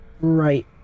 right